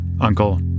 uncle